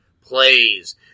Plays